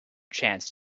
chance